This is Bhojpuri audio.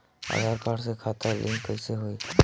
आधार कार्ड से खाता लिंक कईसे होई?